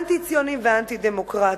אנטי-ציונים ואנטי-דמוקרטים.